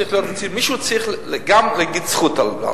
מישהו צריך להגיד זכות על הדבר.